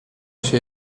się